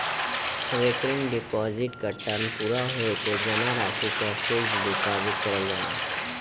recurring deposit क term पूरा होये पे जमा राशि क फिक्स्ड डिपाजिट करल जाला